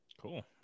Cool